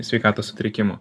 sveikatos sutrikimų